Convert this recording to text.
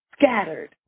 scattered